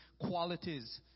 qualities